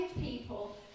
people